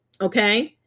Okay